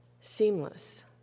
seamless